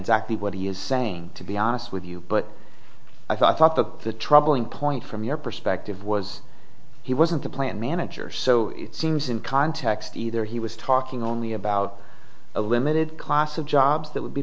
exactly what he is saying to be honest with you but i thought that the troubling point from your perspective was he wasn't a plant manager so it seems in context either he was talking only about a limited class of jobs that would be